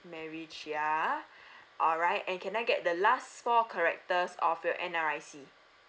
mary chia alright and can I get the last four characters of your N_R_I_C